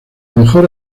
mejor